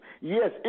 Yes